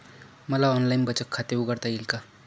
मला ऑनलाइन बचत खाते उघडता येईल का?